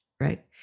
right